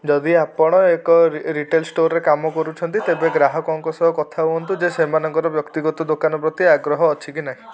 ଯଦି ଆପଣ ଏକ ରିଟେଲ୍ ଷ୍ଟୋର୍ରେ କାମ କରୁଛନ୍ତି ତେବେ ଗ୍ରାହକଙ୍କ ସହ କଥା ହୁଅନ୍ତୁ ଯେ ସେମାନଙ୍କର ବ୍ୟକ୍ତିଗତ ଦୋକାନ ପ୍ରତି ଆଗ୍ରହ ଅଛି କି ନାହିଁ